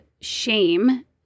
shame